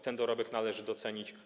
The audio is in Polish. Ten dorobek należy docenić.